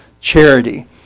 charity